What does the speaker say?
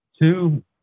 Two